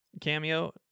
cameo